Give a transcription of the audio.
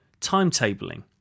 Timetabling